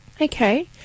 Okay